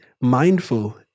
mindful